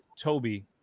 Toby